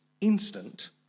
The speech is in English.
instant